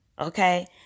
Okay